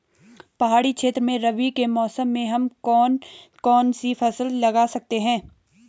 पहाड़ी क्षेत्रों में रबी के मौसम में हम कौन कौन सी फसल लगा सकते हैं?